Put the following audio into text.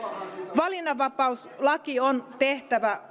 valinnanvapauslaki on tehtävä